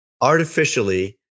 artificially